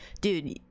Dude